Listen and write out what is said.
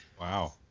Wow